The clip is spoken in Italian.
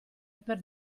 per